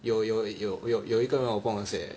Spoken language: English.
有有有有有一个人我不懂是谁来的